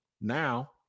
now